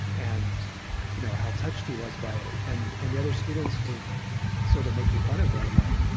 and you know how touched he was by it. and and the other students were sort of making fun of him, like,